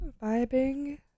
vibing